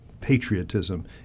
patriotism